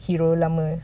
hero lama